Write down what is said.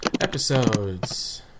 Episodes